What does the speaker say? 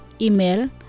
Email